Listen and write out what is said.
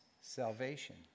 salvation